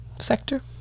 sector